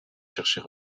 chercher